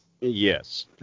Yes